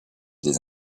des